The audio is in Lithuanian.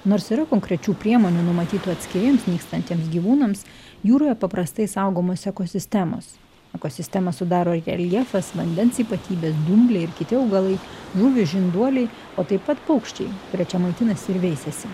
nors yra konkrečių priemonių numatytų atskiriems nykstantiems gyvūnams jūroje paprastai saugomos ekosistemos ekosistemą sudaro reljefas vandens ypatybės dumbliai ir kiti augalai žuvys žinduoliai o taip pat paukščiai kurie čia maitinasi ir veisiasi